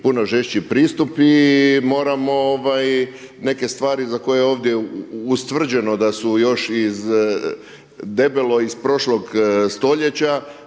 puno žešći pristup i moramo neke stvari za koje je ovdje ustvrđeno da su još debelo iz prošlog stoljeća,